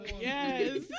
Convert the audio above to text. Yes